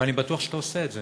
ואני בטוח שאתה עושה את זה,